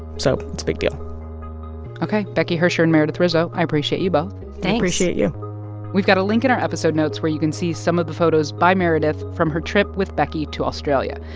so it's a big deal ok. becky hersher and meredith rizzo, i appreciate you both thanks we appreciate you we've got a link in our episode notes where you can see some of the photos by meredith from her trip with becky to australia.